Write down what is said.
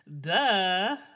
duh